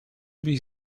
byś